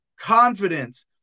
confidence